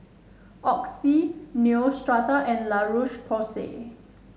Oxy Neostrata and La Roche Porsay